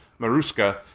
Maruska